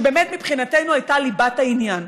שבאמת מבחינתנו היה ליבת העניין.